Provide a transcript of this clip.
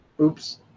Oops